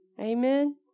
Amen